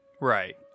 Right